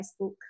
Facebook